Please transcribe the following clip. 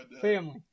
Family